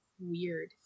weird